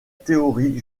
théorie